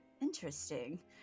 interesting